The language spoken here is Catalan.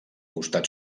costat